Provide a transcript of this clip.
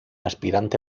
aspirante